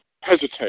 hesitate